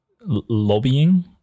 lobbying